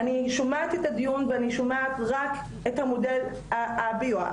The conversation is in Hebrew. אני שומעת את הדיון ואני שומעת רק את המודד הרפואי.